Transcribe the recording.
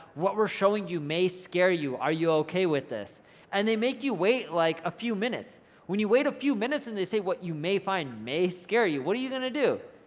what we're showing you, may scare you, are you okay with this and they make you wait like a few minutes when you wait a few minutes. and they say what you may find may scare you, what are you gonna do,